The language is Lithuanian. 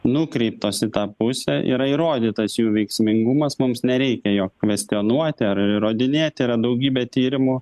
nukreiptos į tą pusę yra įrodytas jų veiksmingumas mums nereikia jo kvestionuoti ar įrodinėti yra daugybė tyrimų